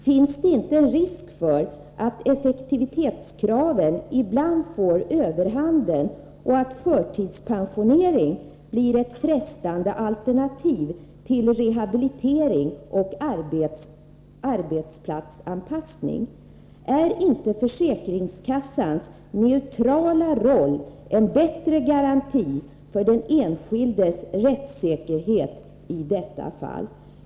Finns det inte en risk för att effektivitetskraven ibland får överhanden och att förtidspensionering blir ett frestande alternativ till rehabilitering och arbetsplatsanpassning? Är inte försäkringskassans neutrala roll en bättre garanti för den enskildes rättssäkerhet i detta fall?